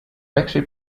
actually